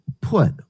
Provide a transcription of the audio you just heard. put